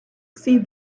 see